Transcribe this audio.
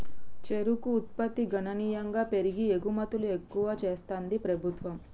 చెరుకు ఉత్పత్తి గణనీయంగా పెరిగి ఎగుమతులు ఎక్కువ చెస్తాంది ప్రభుత్వం